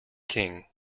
king